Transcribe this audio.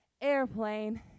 airplane